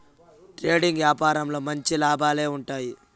trading యాపారంలో మంచి లాభాలే ఉంటాయి